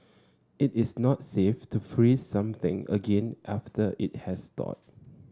it is not safe to freeze something again after it has thawed